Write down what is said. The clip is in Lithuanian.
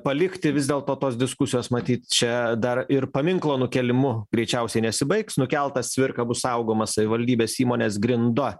palikti vis dėlto tos diskusijos matyt čia dar ir paminklo nukėlimu greičiausiai nesibaigs nukeltas cvirka bus saugomas savivaldybės įmonės grinda